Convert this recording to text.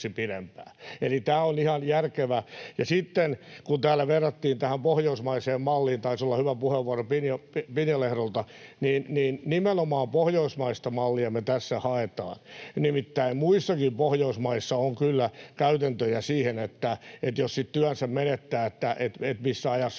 tämä on ihan järkevä. Sitten kun täällä verrattiin tähän pohjoismaiseen malliin — taisi olla hyvä puheenvuoro Pinja Perholehdolta — niin nimenomaan pohjoismaista mallia me tässä haetaan. Nimittäin muissakin Pohjoismaissa on kyllä käytäntöjä siihen, että jos sitten työnsä menettää, missä ajassa